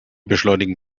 beschleunigen